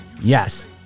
Yes